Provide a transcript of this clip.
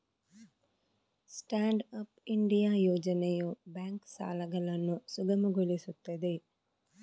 stand up India ಯೋಜನೆಯು bank ಸಾಲಗಳನ್ನು ಸುಗಮಗೊಳಿಸುತ್ತದೆ